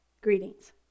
greetings